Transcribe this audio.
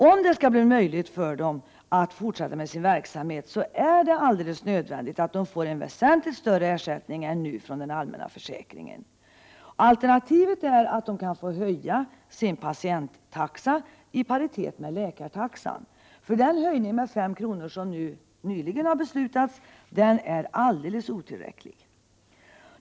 Om det skall bli möjligt för de privatpraktiserande sjukgymnasterna att fortsätta med sin verksamhet, är det alldeles nödvändigt att de får en väsentligt större ersättning från den allmänna försäkringen. Alternativet är att de kan få höja patientavgiften i paritet med läkartaxan. Den höjning med S kr. som nyligen har beslutats är alldeles otillräcklig.